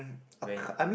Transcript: wait